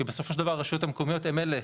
כי בסופו של דבר הרשויות המקומיות הן אלה,